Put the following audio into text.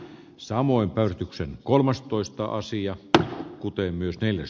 samoin värityksen kolmas toista asia että kuten myös neljäs